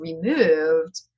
removed